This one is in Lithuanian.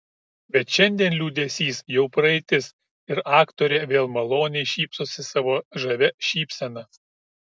bet šiandien liūdesys jau praeitis ir aktorė vėl maloniai šypsosi savo žavia šypsena